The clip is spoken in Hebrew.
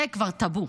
זה כבר טאבו.